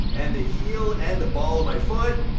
and the heel and the ball of my foot,